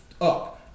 up